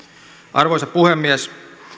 arvoisa puhemies